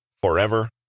forever